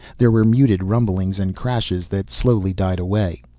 there were muted rumblings and crashes that slowly died away.